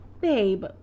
Babe